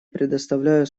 предоставляю